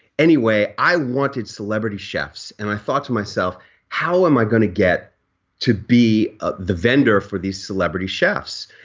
anyway, i wanted celebrity chefs and i thought to myself how am i going to get to be ah the vendor for these celebrity chefs.